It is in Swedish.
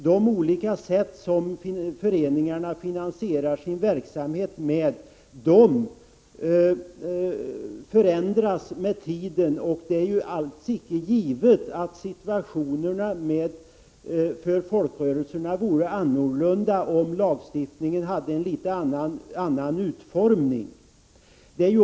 De olika sätt på vilka föreningarna finansierar sin verksamhet förändras med tiden. Det är alls icke givet att folkrörelsernas situation vore annorlunda om lagstiftningen hade haft en något annan utformning.